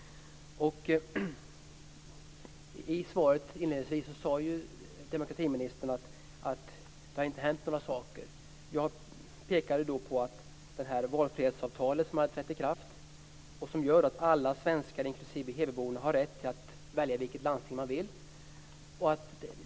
I svaret sade demokratiministern inledningsvis att det inte har hänt något. Jag pekade då på det valfrihetsavtal som hade trätt i kraft och som gör att alla svenskar inklusive hebyborna har rätt att välja vilket landsting de vill.